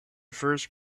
first